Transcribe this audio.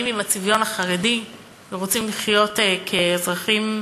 עם הצביון החרדי ורוצים לחיות כאזרחים